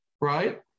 right